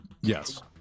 yes